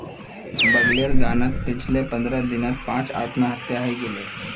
बगलेर गांउत पिछले पंद्रह दिनत पांच आत्महत्या हइ गेले